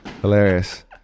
hilarious